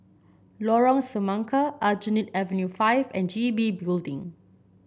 Lorong Semangka Aljunied Avenue Five and G B Building